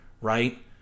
right